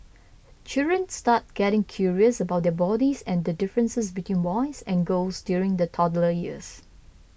children start getting curious about their bodies and the differences between boys and girls during the toddler years